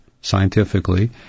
scientifically